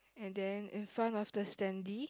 and then in front of the standee